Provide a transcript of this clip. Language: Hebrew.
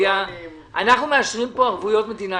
אנחנו מאשרים פה ערבויות מדינה,